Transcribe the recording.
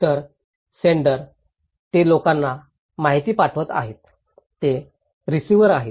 तर सेण्डर ते लोकांना माहिती पाठवत आहेत ते रिसीव्हर आहेत